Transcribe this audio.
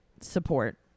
support